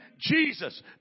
Jesus